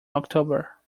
october